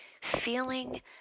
Feeling